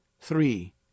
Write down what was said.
Three